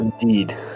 Indeed